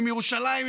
עם ירושלים,